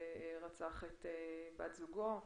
הוא רצח את בת זוגו,